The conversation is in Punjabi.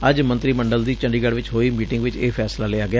ਅੱਜ ਮੰਤਰੀ ਮੰਡਲ ਦੀ ਚੰਡੀਗੜ ਚ ਹੋਈ ਮੀਟਿੰਗ ਚ ਇਹ ਫੈਸਲਾ ਲਿਆ ਗਿਆ